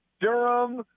Durham